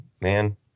man